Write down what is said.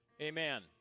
Amen